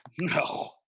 no